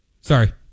Sorry